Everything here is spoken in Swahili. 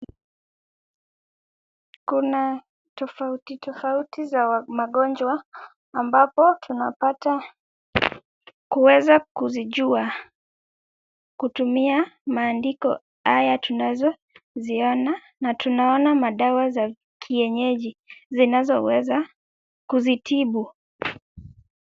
Kuna tofauti tofauti za magonjwa ambapo tunapata kuweza kuzijua kutumia maandiko haya tunazo ziona na tunaona madawa za kienyeji zinazoweza kuzitibu.